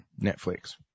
Netflix